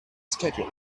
schedule